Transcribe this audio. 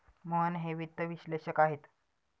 मोहन हे वित्त विश्लेषक आहेत